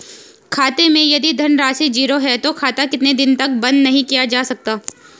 खाते मैं यदि धन राशि ज़ीरो है तो खाता कितने दिन तक बंद नहीं किया जा सकता?